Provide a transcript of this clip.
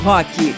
Rock